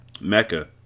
Mecca